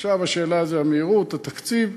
עכשיו השאלה זה המהירות, התקציב.